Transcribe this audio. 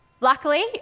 Luckily